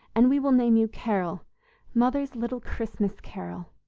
and we will name you carol' mother's little christmas carol!